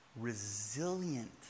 resilient